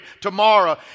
tomorrow